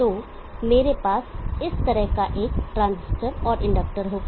तो मेरे पास इस तरह का एक ट्रांजिस्टर और इंडक्टर होगा